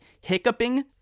hiccuping